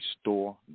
store